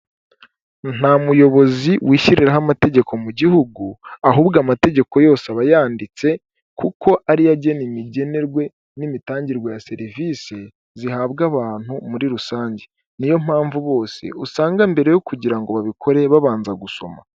Nta muyobozi wishyiriraho amategeko mu gihugu ahubwo amategeko yose abayanditse kuko ari yo agena imigenerwe n'imitangirwarwe ya serivisi zihabwa abantu muri rusange, niyo mpamvu bose usanga mbere yo kugira ngo babikore babanza gusoma.